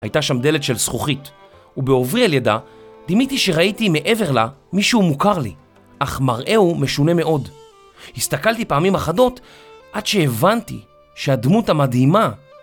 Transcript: הייתה שם דלת של זכוכית, ובעוברי על ידה דימיתי שראיתי מעבר לה מישהו מוכר לי, אך מראהו משונה מאוד. הסתכלתי פעמים אחדות עד שהבנתי שהדמות המדהימה...